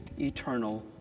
eternal